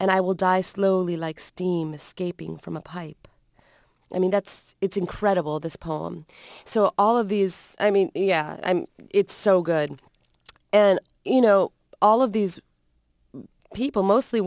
and i will die slowly like steam escaping from a pipe i mean that's it's incredible this poem so all of these i mean yeah it's so good and you know all of these people mostly